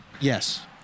Yes